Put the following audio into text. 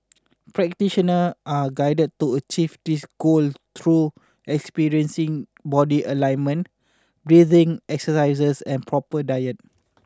practitioner are guided to achieve this goal through experiencing body alignment breathing exercises and proper diet